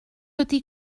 ydy